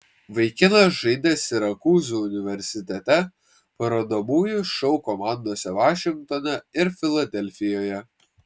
vaikinas žaidė sirakūzų universitete parodomųjų šou komandose vašingtone ir filadelfijoje